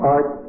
Art